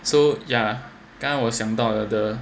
so yeah 刚才我我想到了 the